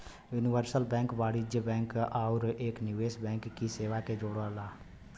universal bank वाणिज्यिक bank आउर एक निवेश बैंक की सेवा के जोड़ला